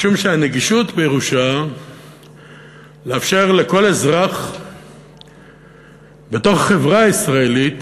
משום שהנגישות פירושה לאפשר לכל אזרח בחברה הישראלית